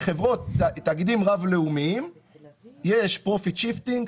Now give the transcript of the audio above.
תאגידים רב לאומיים יש profit shifting,